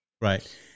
right